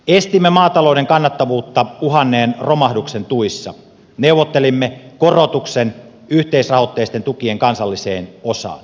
estimme maatalouden kannattavuutta uhanneen romahduksen tuissa neuvottelimme korotuksen yhteisrahoitteisten tukien kansalliseen osaan